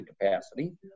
capacity